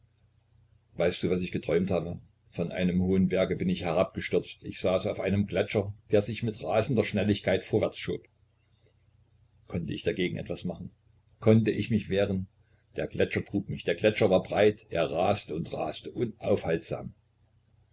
weißt du was ich geträumt habe von einem hohen berge bin ich herabgestürzt ich saß auf einem gletscher der sich mit rasender schnelligkeit vorwärtsschob konnte ich dagegen etwas machen konnte ich mich wehren der gletscher trug mich der gletscher war breit er raste und raste unaufhaltsam